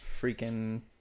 freaking